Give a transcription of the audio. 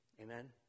Amen